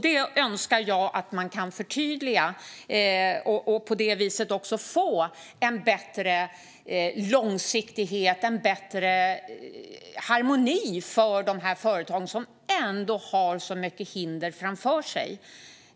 Det önskar jag att man kan förtydliga och på det sättet också få en bättre långsiktighet och en bättre harmoni för de här företagen som ändå har så många hinder framför sig.